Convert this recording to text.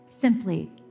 simply